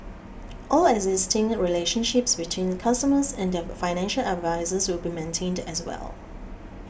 all existing relationships between customers and their financial advisers will be maintained as well